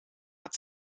hat